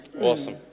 Awesome